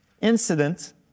incident